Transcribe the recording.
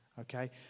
okay